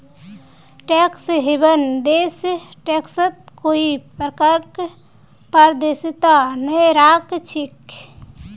tax haven देश टैक्सत कोई प्रकारक पारदर्शिता नइ राख छेक